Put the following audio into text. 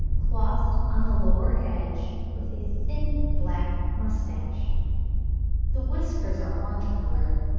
clothed on the lower edge with a thin black moustache the whiskers are orange-coloured,